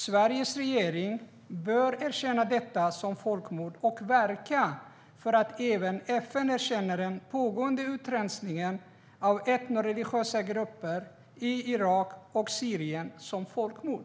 Sveriges regering bör erkänna detta som folkmord och verka för att även FN erkänner den pågående utrensningen av etnoreligiösa grupper i Irak och Syrien som folkmord.